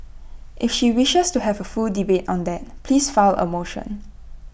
if she wishes to have A full debate on that please file A motion